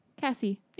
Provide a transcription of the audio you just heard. Cassie